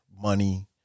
money